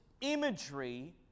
imagery